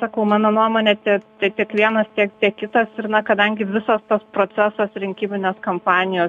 sakau mano nuomone čia tai tiek kiekvienas tiek tiek kitas ir na kadangi visas tas procesas rinkiminės kampanijos